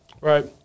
Right